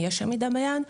יש עמידה ביעד,